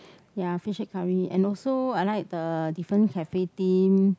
ya fish head curry and also I like the different cafe theme